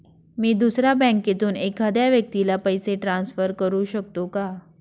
मी दुसऱ्या बँकेतून एखाद्या व्यक्ती ला पैसे ट्रान्सफर करु शकतो का?